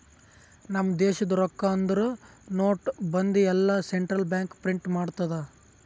ನಮ್ ದೇಶದು ರೊಕ್ಕಾ ಅಂದುರ್ ನೋಟ್, ಬಂದಿ ಎಲ್ಲಾ ಸೆಂಟ್ರಲ್ ಬ್ಯಾಂಕ್ ಪ್ರಿಂಟ್ ಮಾಡ್ತುದ್